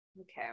Okay